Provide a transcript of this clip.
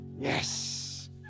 Yes